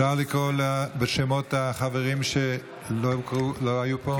לקרוא בשמות החברים שלא היו פה?